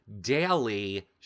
daily